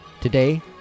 Today